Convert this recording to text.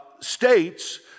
states